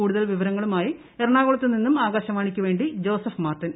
കൂടുതൽ വിവരങ്ങളുമായി എറണാകുളത്തു നിന്നും ആകാശവാണിയ്ക്കുവേണ്ടി ജോസഫ് മാർട്ടിൻ